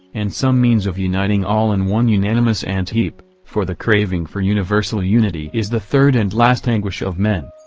and some means of uniting all in one unanimous ant-heap, for the craving for universal unity is the third and last anguish of men.